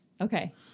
Okay